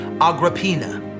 Agrippina